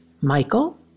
Michael